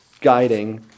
guiding